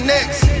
Next